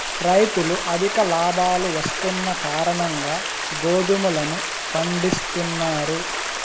రైతులు అధిక లాభాలు వస్తున్న కారణంగా గోధుమలను పండిత్తున్నారు